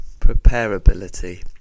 Preparability